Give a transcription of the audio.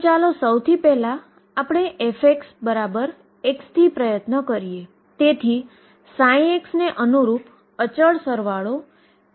ચાલો આપણે કહીએ કે આ x 0 x L છે અને પાર્ટીકલ અહીં આસપાસ ક્યાંક ફરતું રહે છે